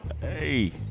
hey